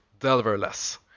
Delverless